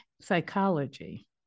psychology